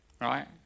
right